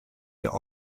der